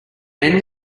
men